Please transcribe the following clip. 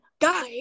guy